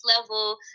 level